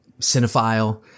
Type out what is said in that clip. cinephile